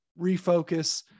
refocus